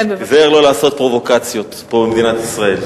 תיזהר לא לעשות פרובוקציות פה במדינת ישראל.